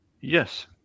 Yes